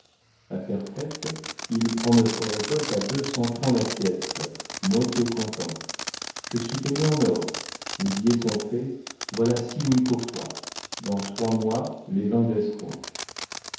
affaire faite il prend notre récolte à deux cents francs la pièce moitié comptant je suis payé en or les billets sont faits voilà six louis pour toi dans trois mois les vins baisseront